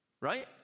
right